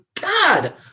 God